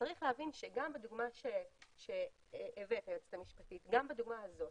גם בדוגמה שהיועצת המשפטית הביאה וגם בדוגמה הזו,